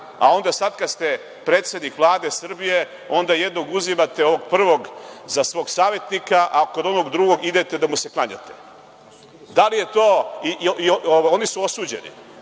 a onda sad kad ste predsednik Vlade Srbije onda jednog uzimate, ovog prvog za svog savetnika, a kod onog drugog idete da mu se klanjate. Oni su osuđeni, osuđeni